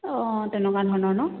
অঁ তেনেকুৱা ধৰণৰ নহ্